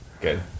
Good